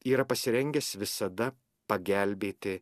yra pasirengęs visada pagelbėti